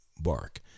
bark